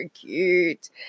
cute